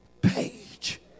page